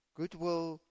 Goodwill